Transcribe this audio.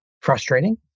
frustrating